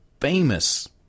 famous